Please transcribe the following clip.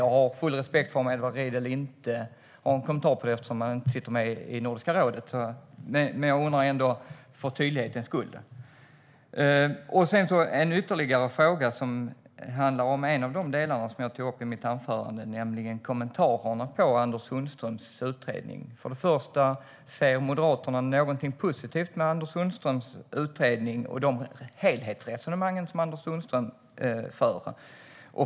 Jag har full respekt för om Edward Riedl inte har någon kommentar eftersom han inte sitter med i Nordiska rådet. Men jag undrar ändå för tydlighetens skull. En ytterligare fråga handlar om en av de delarna som jag tog upp i mitt anförande, nämligen kommenterarna på Anders Sundströms utredning. För det första: Ser Moderaterna någonting positivt med Anders Sundströms utredning och de helhetsresonemang som Anders Sundström för?